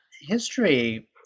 history